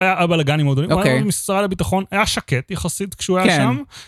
היה אבא לגני מאוד אוהב, הוא בא למשרד הביטחון, היה שקט יחסית כשהוא היה שם.